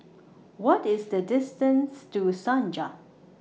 What IS The distance to Senja